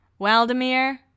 Waldemir